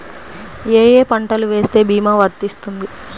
ఏ ఏ పంటలు వేస్తే భీమా వర్తిస్తుంది?